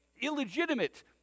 illegitimate